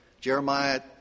Jeremiah